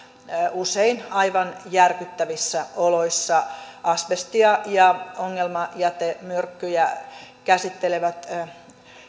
usein aivan järkyttävissä oloissa asbestia ja ongelmajätemyrkkyjä käsittelevät